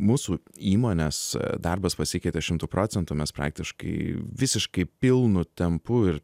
mūsų įmonės darbas pasikeitė šimtu procentų mes praktiškai visiškai pilnu tempu ir